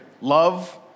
love